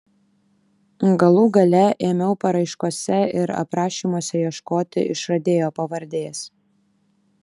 galų gale ėmiau paraiškose ir aprašymuose ieškoti išradėjo pavardės